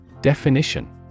Definition